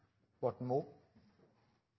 Borten